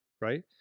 right